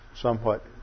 somewhat